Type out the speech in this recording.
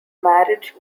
marriage